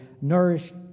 nourished